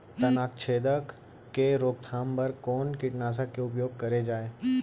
तनाछेदक के रोकथाम बर कोन कीटनाशक के उपयोग करे जाये?